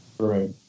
Right